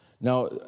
Now